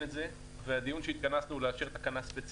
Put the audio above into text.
את זה והדיון פה הוא בשביל לאשר תקנה ספציפית,